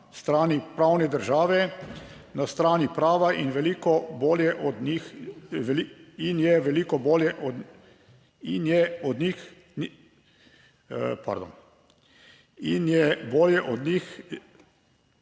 na strani pravne države, na strani prava in veliko bolje od njih,